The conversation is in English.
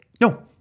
No